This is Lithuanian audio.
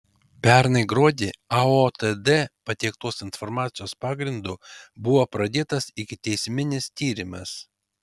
pernai gruodį aotd pateiktos informacijos pagrindu buvo pradėtas ikiteisminis tyrimas